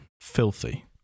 Filthy